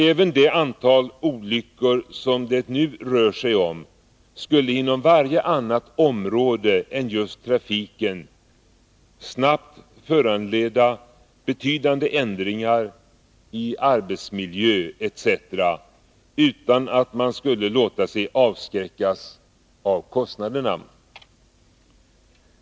Även det antal olyckor som det nu rör sig om skulle inom varje annat område än just trafiken snabbt föranleda betydande ändringar i arbetsmiljö etc., utan att man skulle låta sig avskräckas av kostnaderna.